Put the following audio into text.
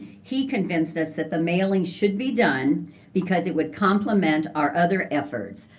he convinced us that the mailing should be done because it would complement our other efforts,